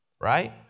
right